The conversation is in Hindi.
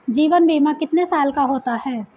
जीवन बीमा कितने साल का होता है?